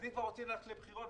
אם כבר רוצים ללכת לבחירות,